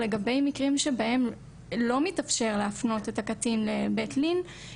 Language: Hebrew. לגבי מקרים שבהם לא מתאפשר להפנות את הקטין ל"בית לין",